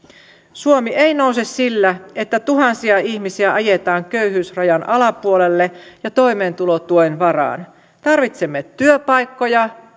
suomi ei nouse sillä että tuhansia ihmisiä ajetaan köyhyysrajan alapuolelle ja toimeentulotuen varaan tarvitsemme työpaikkoja